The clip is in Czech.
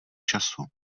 času